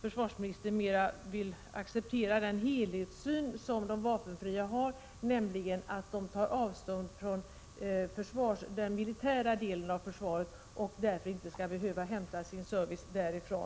försvarsministern mera kommer att acceptera den helhetssyn som de vapenfria har och som innebär att de tar avstånd från den militära delen av försvaret och att de därför inte skall behöva hämta service därifrån?